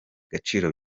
gaciro